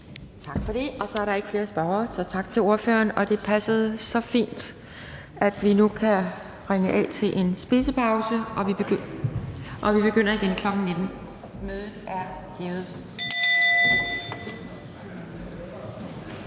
Tak for det. Der er ikke flere spørgere, så tak til ordføreren. Det passede så fint, at vi nu kan ringe af til en spisepause, og vi begynder igen kl. 19.00. Mødet er udsat. (Kl.